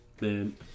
Man